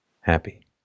happy